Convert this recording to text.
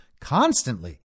constantly